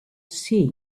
sea